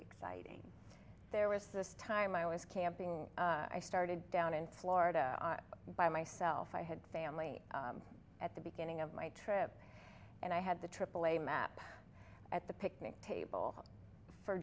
exciting there was this time i was camping i started down in florida by myself i had family at the beginning of my trip and i had the aaa map at the picnic table for